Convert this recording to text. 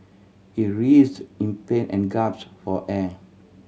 he writhed in pain and gasped for air